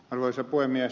arvoisa puhemies